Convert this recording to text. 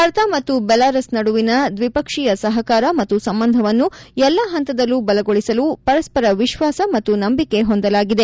ಭಾರತ ಮತ್ತು ಬೆಲಾರಸ್ ನಡುವಿನ ದ್ವಿಪಕ್ಷೀಯ ಸಹಕಾರ ಮತ್ತು ಸಂಬಂಧವನ್ನು ಎಲ್ಲಾ ಹಂತದಲ್ಲೂ ಬಲಗೊಳಿಸಲು ಪರಸ್ಪರ ವಿಶ್ವಾಸ ಮತ್ತು ನಂಬಿಕೆ ಹೊಂದಲಾಗಿದೆ